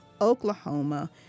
Oklahoma